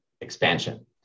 expansion